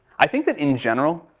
i think that in general.